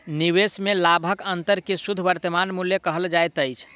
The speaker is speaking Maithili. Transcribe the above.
निवेश में लाभक अंतर के शुद्ध वर्तमान मूल्य कहल जाइत अछि